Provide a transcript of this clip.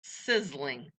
sizzling